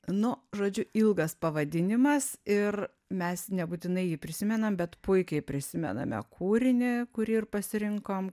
nu žodžiu ilgas pavadinimas ir mes nebūtinai jį prisimenam bet puikiai prisimename kūrinį kurį ir pasirinkom